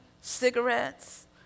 cigarettes